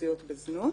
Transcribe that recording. אוכלוסיות בזנות.